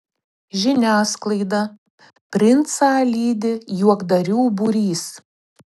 žiniasklaida princą lydi juokdarių būrys